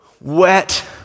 Wet